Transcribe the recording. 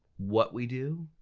what we do